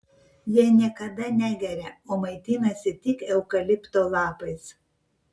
jie niekada negeria o maitinasi tik eukalipto lapais